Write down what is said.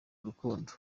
urukundo